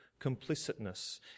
complicitness